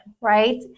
right